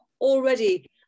already